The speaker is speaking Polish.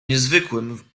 niezwykłym